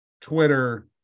Twitter